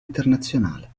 internazionale